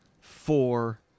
four